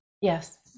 yes